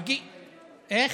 כן,